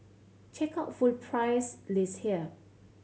check out full price list here